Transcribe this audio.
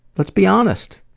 let's be honest.